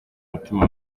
mutima